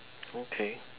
okay